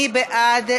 מי בעד?